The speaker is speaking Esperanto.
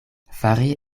fari